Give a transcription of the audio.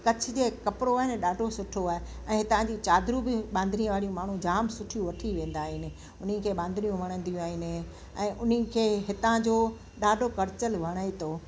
कच्छ जो कपिड़ो आहे न ॾाढो सुठो आहे ऐं तव्हांजी चादरुं बि बांधणी वारी माण्हू जाम सुठियूं वठी वेंदा आहिनि उनखे बांधणियूं वणंदियूं आहिनि ऐं उनखे हितां जो ॾाढो कल्चर वणे थो